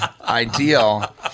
ideal